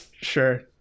Sure